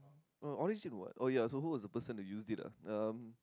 uh original word oh ya so who was the person to used it ah um